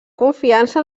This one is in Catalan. confiança